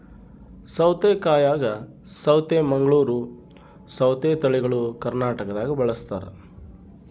ಸೌತೆಕಾಯಾಗ ಸೌತೆ ಮಂಗಳೂರ್ ಸೌತೆ ತಳಿಗಳು ಕರ್ನಾಟಕದಾಗ ಬಳಸ್ತಾರ